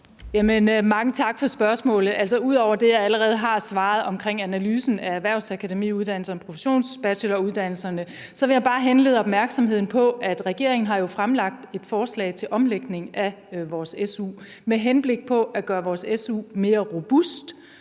Mange tak for spørgsmålet. Altså, ud over det, jeg allerede har svaret vedrørende analysen af erhvervsakademiuddannelserne og professionsbacheloruddannelserne, så vil jeg bare henlede opmærksomheden på, at regeringen jo har fremlagt et forslag til omlægning af vores SU med henblik på at gøre vores SU-system mere robust.